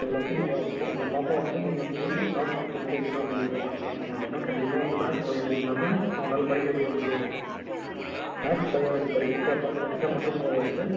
இதில் வந்து நீங்கள் உம்ப உங்கள் பாப்பா வந்து நீங்கள் வந்து டாக்ட்ருக்கு படிக்க வெக்கணும் அப்படிங்கறதுனால பார்த்தீங்க அப்படின்னா கண்டிப்பாக வந்து மேக்ஸ் பயாலஜி இல்லாமல் உங்களால் படிக்க வைக்க முடியாது மேக்ஸ் பயாலஜி படிக்கிச்சா ப படித்தா மட்டும் போதாது